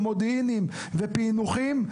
במודיעין ובפיענוחים,